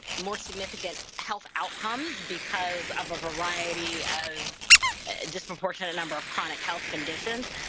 more significant health outcomes because of a variety of disproportionate number of chronic health conditions.